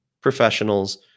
professionals